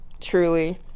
truly